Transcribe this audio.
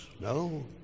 No